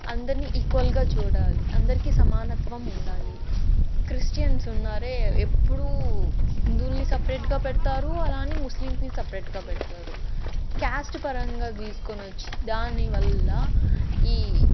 అందరినీ ఈక్వల్గా చూడాలి అందరికీ సమానత్వం ఉండాలి ఈ క్రిస్టియన్స్ ఉన్నారే ఎప్పుడూ హిందువులని సపరేట్గా పెడతారు అలా అని ముస్లింస్ని సపరేట్గా పెడుతారు క్యాస్ట్ పరంగా తీసుకొని వచ్చి దాని వల్ల ఈ